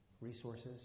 resources